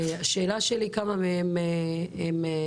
השאלה שלי היא כמה מהם רצידיבסטים